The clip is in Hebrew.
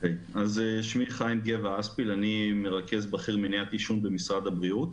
אני מרכז בכיר מניעת עישון במשרד הבריאות.